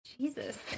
Jesus